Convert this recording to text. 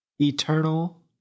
Eternal